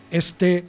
este